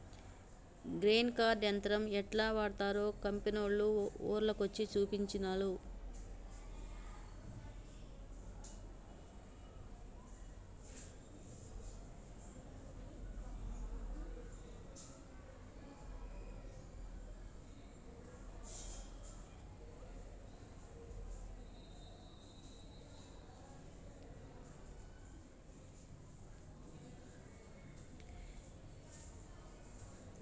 grain cart యంత్రం యెట్లా వాడ్తరో కంపెనోళ్లు ఊర్ల కొచ్చి చూపించిన్లు